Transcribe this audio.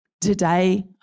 today